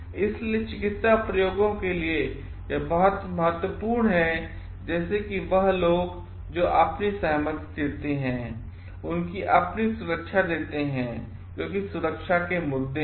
इसलिए चिकित्सा प्रयोगों के लिए यह बहुत महत्वपूर्ण है जैसे कि वह लोगजो अपनी सहमति देते हैं उनकी अपनीसुरक्षादेतेहैंक्योंकि सुरक्षा के मुद्दे हैं